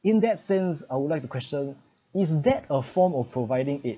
in that sense I would like to question is that a form of providing it